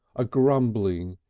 a grumbling,